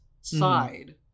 side